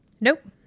Nope